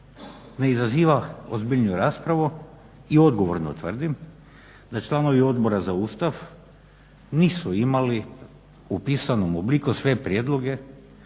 ne izaziva ozbiljniju raspravu i odgovorno tvrdim da članovi Odbora za Ustav nisu imali u pisanom obliku sve prijedloge